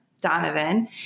Donovan